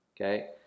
okay